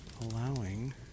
allowing